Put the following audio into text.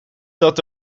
dat